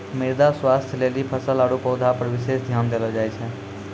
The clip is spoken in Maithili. मृदा स्वास्थ्य लेली फसल आरु पौधा पर विशेष ध्यान देलो जाय छै